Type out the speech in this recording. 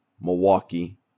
Milwaukee